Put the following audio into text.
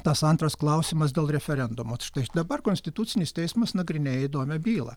tas antras klausimas dėl referendumo štai dabar konstitucinis teismas nagrinėja įdomią bylą